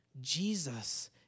Jesus